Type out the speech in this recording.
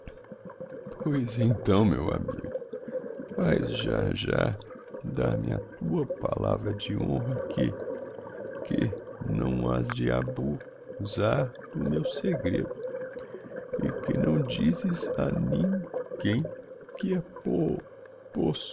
pois então meu amigo vaes já já dar-me a tua palavra de honra que que não has de abu sar do meu segredo e que não dizes a nin guem